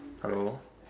hello